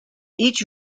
each